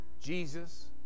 Jesus